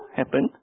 happen